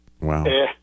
wow